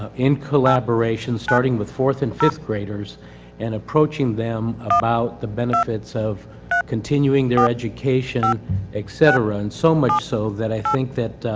ah in collaboration. starting with forth and fifth graders and approaching them about the benefits of continuing their education etc. and so much so that i think that